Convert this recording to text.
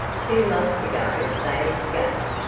two months ago they escaped,